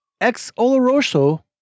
ex-oloroso